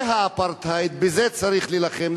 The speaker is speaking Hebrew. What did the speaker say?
זה האפרטהייד, בזה צריך להילחם.